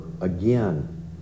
again